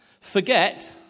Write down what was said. Forget